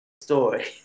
story